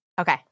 Okay